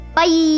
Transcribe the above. Bye